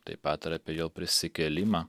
taip pat ir apie jo prisikėlimą